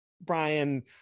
Brian